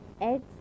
eggs